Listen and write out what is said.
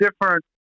different